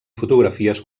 fotografies